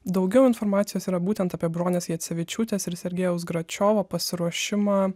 daugiau informacijos yra būtent apie bronės jecevičiūtės ir sergėjaus gračiovo pasiruošimą